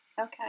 Okay